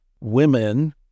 women